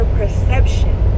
perception